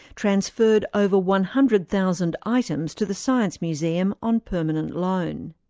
transferred over one hundred thousand items to the science museum on permanent loan.